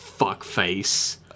fuckface